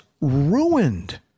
ruined